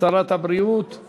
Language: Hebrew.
הצעת החוק לא נתקבלה.